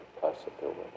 possibility